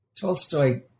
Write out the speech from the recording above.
Tolstoy